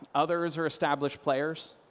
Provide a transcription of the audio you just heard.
others are established players.